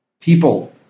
People